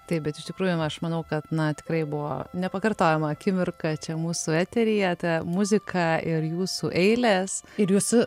taip bet iš tikrųjų aš manau kad na tikrai buvo nepakartojama akimirka čia mūsų eteryje ta muzika ir jūsų eilės ir jūsų